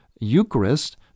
Eucharist